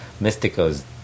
Mystico's